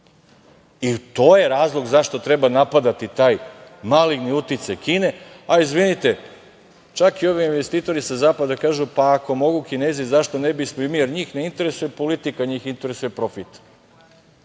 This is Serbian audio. To je razlog zašto treba napadati taj maligni uticaj Kine, a izvinite, čak i ovi investitori sa zapada kažu, pa ako mogu Kinezi zašto ne bismo i mi, jer njih ne interesuje politika, njih interesuje profit. Imamo